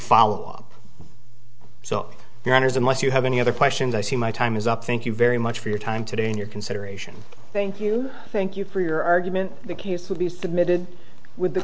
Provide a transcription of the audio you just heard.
follow up so your honour's unless you have any other questions i see my time is up thank you very much for your time today in your consideration thank you thank you for your argument would be submitted with he